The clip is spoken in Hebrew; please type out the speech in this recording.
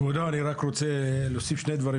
כבודו, אני רוצה להוסיף עוד שני דברים: